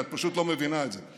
כי את פשוט לא מבינה את זה,